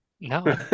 No